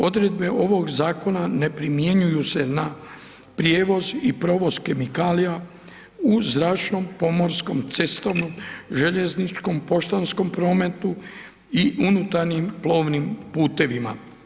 Odredbe ovog Zakona ne primjenjuju se na prijevoz i provoz kemikalija u zračnom, pomorskom, cestovnom, željezničkom, poštanskom prometu i unutarnjim plovnim putevima.